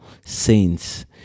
Saints